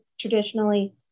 traditionally